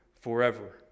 forever